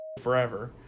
forever